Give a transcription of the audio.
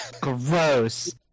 Gross